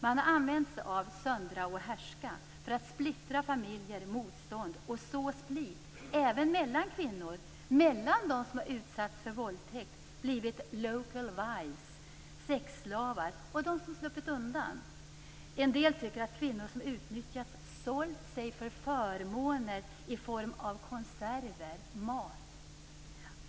Man har använt sig av söndra och härska för att splittra familjers motstånd och så split även mellan kvinnor som utsatts för våldtäkt, blivit local wives, sexslavar och dem sluppit undan. En del tycker att kvinnor som utnyttjats sålt sig för förmåner i form av konserver och mat.